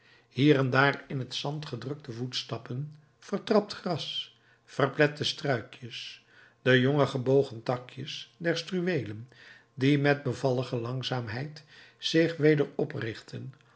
hier en daar in het zand gedrukte voetstappen vertrapt gras verplette struikjes de jonge gebogen takjes der struweelen die met bevallige langzaamheid zich weder oprichtten